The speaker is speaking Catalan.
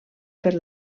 per